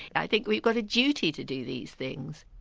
i think we've got a duty to do these things.